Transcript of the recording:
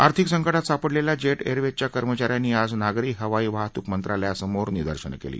आर्थिक संकटात सापडलेल्या जेट एअरवेजच्या कर्मचा यांनी आज नागरी हवाई वाहतूक मंत्रालयासमोर निदर्शनं केली